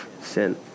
sin